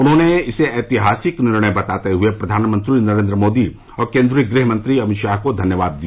उन्होंने इसे ऐतिहासिक निर्णय बताते हए प्रधानमंत्री नरेन्द्र मोदी और केन्द्रीय गृह मंत्री अमित शाह को धन्यवाद दिया